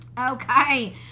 Okay